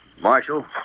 Marshal